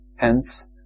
Hence